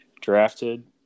drafted